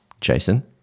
Jason